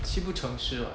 七步成诗 [what]